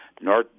north